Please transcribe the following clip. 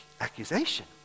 accusation